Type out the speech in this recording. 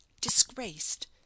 disgraced